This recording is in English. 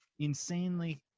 insanely